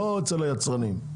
לא אצל היצרנים.